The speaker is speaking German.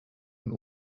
und